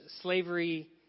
slavery